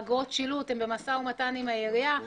אגרות שילוט והם במשא ומתן עם העירייה.